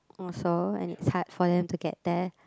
or so and it's hard for them to get there